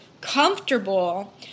comfortable